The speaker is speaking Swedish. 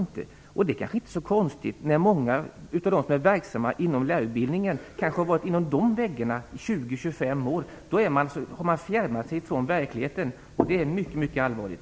Det är kanske inte så konstigt när många av dem som är verksamma inom lärarutbildningen kanske har varit inom de väggarna i 20-25 år. Då har man fjärmat sig från verkligheten, och det är mycket allvarligt.